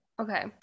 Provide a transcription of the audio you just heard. Okay